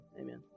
Amen